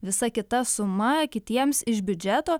visa kita suma kitiems iš biudžeto